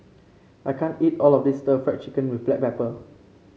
I can't eat all of this stir Fry Chicken with Black Pepper